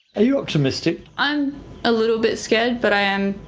are you optimistic? i'm a little bit scared, but i am,